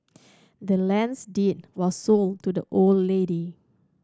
the land's deed was sold to the old lady